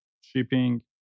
shipping